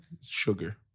sugar